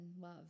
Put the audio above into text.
love